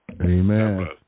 Amen